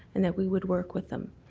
and that we would work with them.